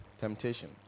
temptation